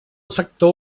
sector